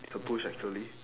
it's a bush actually